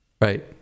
right